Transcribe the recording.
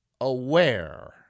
aware